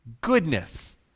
goodness